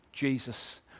Jesus